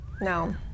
no